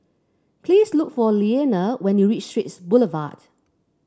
please look for Leaner when you reach Straits Boulevard